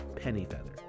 Pennyfeather